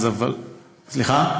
1897. סליחה?